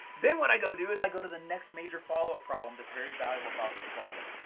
then what i go do is i go to the next major follow up problem that's very valuable if i was to solve it.